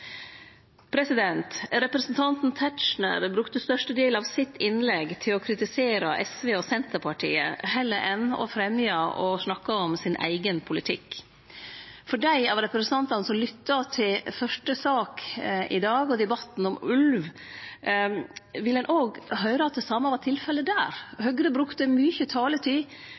Representanten Tetzschner brukte størstedelen av innlegget sitt til å kritisere SV og Senterpartiet heller enn å fremje og snakke om sin eigen politikk. Dei av representantane som lytta til første sak i dag, debatten om ulv, kunne høyre at det same var tilfellet der – Høgre brukte mykje taletid